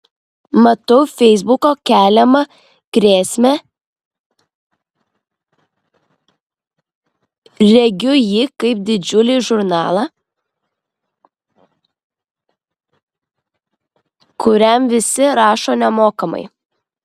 matau feisbuko keliamą grėsmę regiu jį kaip didžiulį žurnalą kuriam visi rašo nemokamai